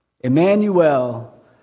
Emmanuel